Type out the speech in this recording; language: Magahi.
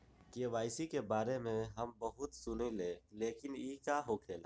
के.वाई.सी के बारे में हम बहुत सुनीले लेकिन इ का होखेला?